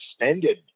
extended